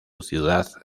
ciudad